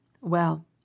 Well